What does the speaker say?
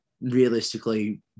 realistically